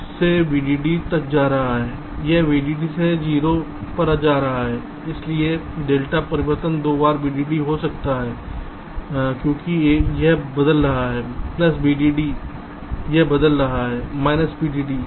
यह 0 से VDD तक जा रहा है यह VDD से 0 पर जा रहा है इसलिए डेल्टा परिवर्तन दो बार VDD हो सकता है क्योंकि यह बदल रहा है प्लस VDD यह बदल रहा है माइनस VDD सही